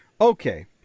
Okay